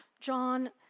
John